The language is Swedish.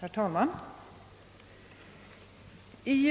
Herr talman!